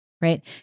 right